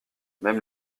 même